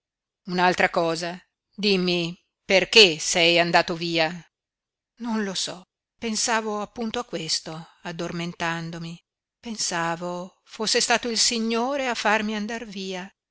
un'altra cosa dimmi perché sei andato via non lo so pensavo appunto a questo addormentandomi pensavo fosse stato il signore a farmi andar via